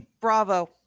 Bravo